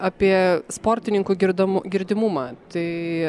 apie sportininkų girdom girdimumą tai